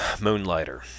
Moonlighter